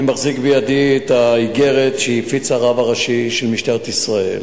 אני מחזיק בידי את האיגרת שהפיץ הרב הראשי של משטרת ישראל,